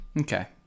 Okay